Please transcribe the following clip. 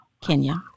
Kenya